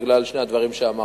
בגלל שני הדברים שאמרתי: